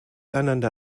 einander